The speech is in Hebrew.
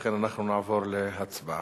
לכן אנחנו נעבור להצבעה.